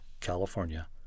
California